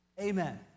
Amen